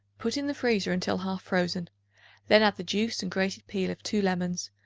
put in the freezer until half frozen then add the juice and grated peel of two lemons,